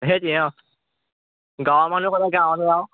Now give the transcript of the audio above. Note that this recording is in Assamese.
সেইটি অঁ গাঁৱৰ মানুহ